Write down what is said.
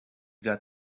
got